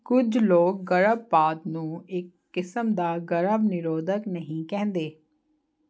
ਕੁਝ ਲੋਕ ਗਰਭਪਾਤ ਨੂੰ ਇੱਕ ਕਿਸਮ ਦਾ ਗਰਭ ਨਿਰੋਧਕ ਨਹੀਂ ਕਹਿੰਦੇ